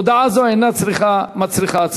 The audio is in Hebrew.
הודעה זו אינה מצריכה הצבעה.